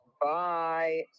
Bye